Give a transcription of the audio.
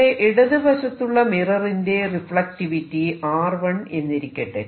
ഇവിടെ ഇടതുവശത്തുള്ള മിററിന്റെ റിഫ്ലക്റ്റിവിറ്റി R1 എന്നിരിക്കട്ടെ